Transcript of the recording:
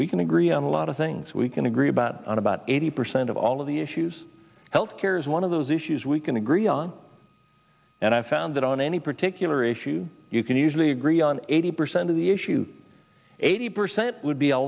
we can agree on a lot of things we can agree about on about eighty percent of all of the issues health care is one of those issues we can agree on and i found that on any particular issue you can usually agree on eighty percent of the issues eighty percent would be a